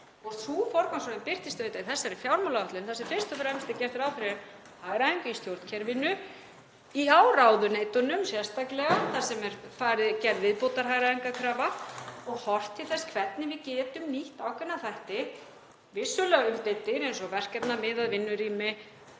Sú forgangsröðun birtist auðvitað í þessari fjármálaáætlun þar sem fyrst og fremst er gert ráð fyrir hagræðingu í stjórnkerfinu, hjá ráðuneytunum sérstaklega þar sem er gerð viðbótarhagræðingarkrafa og horft til þess hvernig við getum nýtt ákveðna þætti, vissulega umdeildir eins og verkefnamiðað vinnurými,